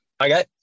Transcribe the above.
Okay